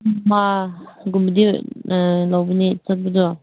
ꯒꯨꯝꯕꯗꯤ ꯂꯧꯕꯅꯦ ꯆꯠꯄꯗꯣ